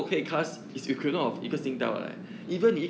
ya